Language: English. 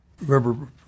Remember